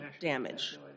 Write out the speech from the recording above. damage